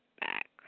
back